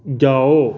जाओ